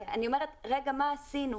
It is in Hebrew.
אני אומרת מה עשינו.